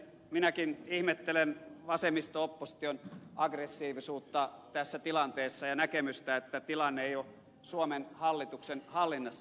minäkin ihmettelen vasemmisto opposition aggressiivisuutta tässä tilanteessa ja näkemystä että tilanne ei ole suomen hallituksen hallinnassa